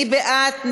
מי בעד?